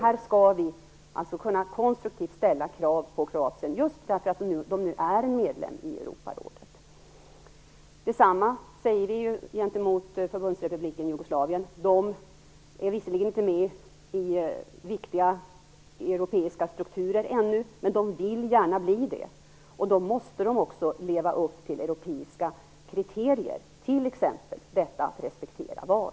Här skall vi konstruktivt kunna ställa krav på Kroatien, just därför att landet nu är medlem i Detsamma säger vi gentemot Förbundsrepubliken Jugoslavien. Den är visserligen inte med i viktiga europeiska strukturer ännu, men man vill gärna bli det. Då måste man också leva upp till europeiska kriterier, t.ex. att respektera val.